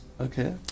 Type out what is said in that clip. Okay